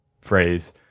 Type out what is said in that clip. phrase